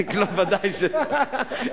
ודאי שלא.